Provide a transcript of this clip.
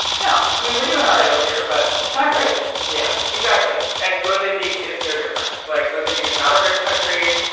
no. i mean, we're doing all right over here. but it's not great yeah, exactly. and mozambique is no different. like, mozambique is not a rich country.